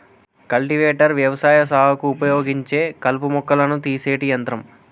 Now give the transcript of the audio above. cultivator వ్యవసాయ సాగుకు ఉపయోగించే కలుపు మొక్కలను తీసేటి యంత్రం